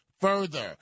further